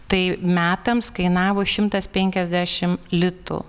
tai metams kainavo šimtas penkiasdešim litų